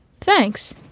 Thanks